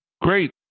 Great